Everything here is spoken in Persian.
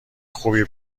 خوبی